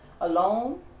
alone